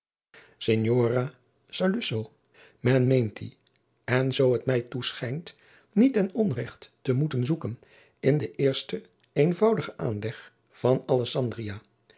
saluzzo men meent die en zoo het mij toeschijnt niet ten onregt te moeten zoeken in den eersten eenvoudigen aanleg van alessandria